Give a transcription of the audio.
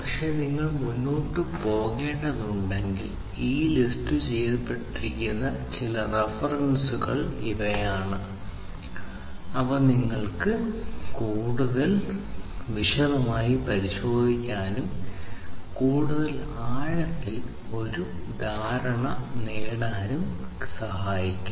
പക്ഷേ നിങ്ങൾ മുന്നോട്ട് പോകേണ്ടതുണ്ടെങ്കിൽ ഈ ലിസ്റ്റുചെയ്തിരിക്കുന്ന ചില റഫറൻസുകൾ ഇവയാണ് അവ നിങ്ങൾക്ക് കൂടുതൽ വിശദമായി പരിശോധിക്കാനും കൂടുതൽ ആഴത്തിൽ ഒരു ധാരണ നേടാനും കഴിയും